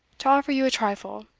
to offer you a trifle,